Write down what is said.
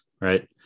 Right